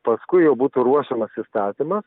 paskui jau būtų ruošiamas įstatymas